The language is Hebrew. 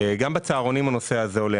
גם בצהרונים הנושא הזה עולה.